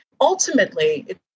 Ultimately